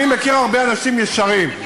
אני מכיר הרבה אנשים ישרים.